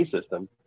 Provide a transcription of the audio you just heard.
system